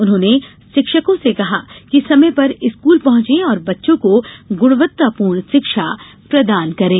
उन्होंने शिक्षकों से कहा कि समय पर स्कूल पहुँचे और बच्चों को गुणवत्तापूर्ण शिक्षा प्रदान करें